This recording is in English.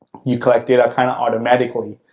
you collect data kind of automatically.